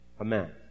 Amen